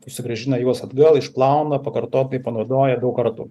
susigrąžina juos atgal išplauna pakartotinai panaudoja daug kartų